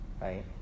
right